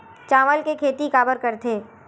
चावल के खेती काबर करथे?